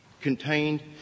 contained